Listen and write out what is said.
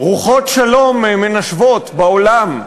רוחות שלום מנשבות בעולם.